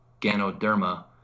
Ganoderma